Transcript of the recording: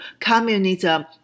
communism